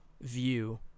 view